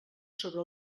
sobre